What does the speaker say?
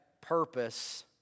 purpose